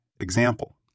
Example